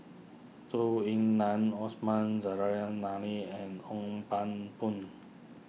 Zhou Ying Nan Osman and Hong Pang Boon